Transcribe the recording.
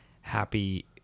happy